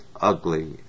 ugly